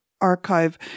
Archive